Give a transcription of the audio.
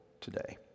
today